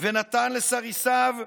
ונתן לסריסיו ולעבדיו.